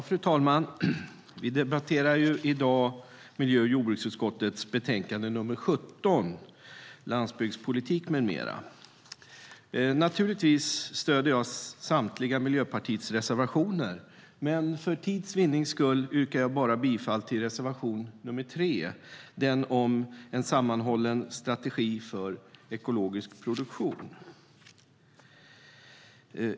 Fru talman! Vi debatterar i dag miljö och jordbruksutskottets betänkande 17, Landsbygdspolitik m.m . Naturligtvis stöder jag Miljöpartiets samtliga reservationer, men för tids vinnande yrkar jag bifall bara till reservation 3 om en sammanhållen strategi för ekologisk produktion.